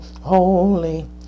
holy